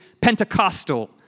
Pentecostal